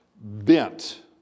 bent